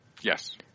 Yes